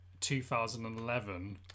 2011